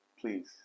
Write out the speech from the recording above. please